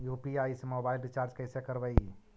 UPI से mobile recharge कैसे करबइ?